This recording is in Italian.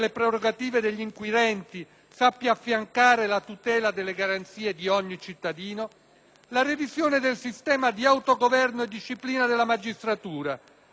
la revisione del sistema di autogoverno e disciplina della magistratura, affinché ogni magistrato, senza essere assoggettato al potere politico,